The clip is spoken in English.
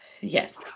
Yes